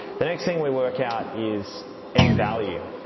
the next thing we work out is end value.